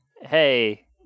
hey